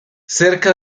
cerca